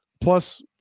plus